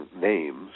names